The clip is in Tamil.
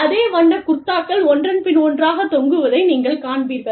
அதே வண்ண குர்தாக்கள் ஒன்றன்பின் ஒன்றாக தொங்குவதை நீங்கள் காண்பீர்கள்